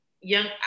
Young